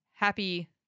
happy